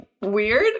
weird